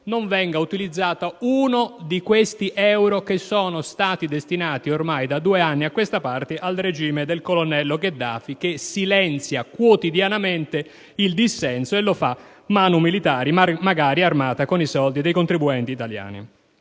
non venga utilizzato uno di questi euro, che sono stati destinati ormai da due anni a questa parte, al regime del colonnello Gheddafi, che silenzia quotidianamente il dissenso, e lo fa *manu militari*, magari armata coi soldi dei contribuenti italiani.